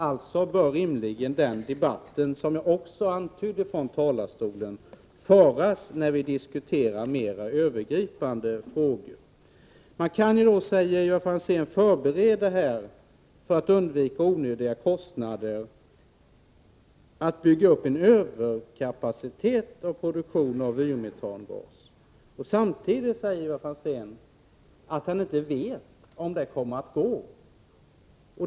Alltså bör rimligen den debatten, som jag antydde från talarstolen, föras när vi diskuterar mera övergripande frågor. Man kan då, säger Ivar Franzén, för att undvika onödiga kostnader göra förberedelser för att bygga upp en överkapacitet av produktionen av vyrmetangas. Samtidigt säger Ivar Franzén att han inte vet om det kommer att gå.